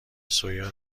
سویا